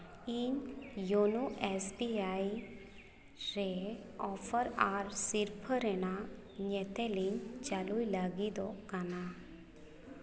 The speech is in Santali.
ᱤᱧ ᱤᱭᱳᱱᱳ ᱮᱥ ᱵᱤ ᱟᱭ ᱨᱮ ᱚᱯᱷᱟᱨ ᱟᱨ ᱥᱤᱨᱯᱟᱹ ᱨᱮᱱᱟᱜ ᱧᱮᱛᱮᱞ ᱤᱧ ᱪᱟᱹᱞᱩᱭ ᱞᱟᱹᱜᱤᱫᱚᱜ ᱠᱟᱱᱟ